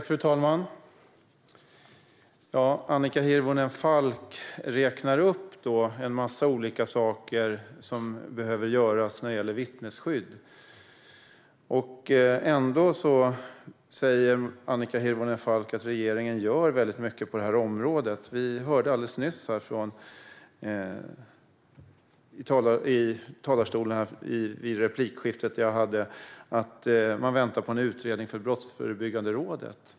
Fru talman! Annika Hirvonen Falk räknar upp en massa olika saker som behöver göras när det gäller vittnesskydd. Ändå säger hon att regeringen gör mycket på området. Vi hörde alldeles nyss, i förra replikskiftet, att man väntar på en utredning från Brottsförebyggande rådet.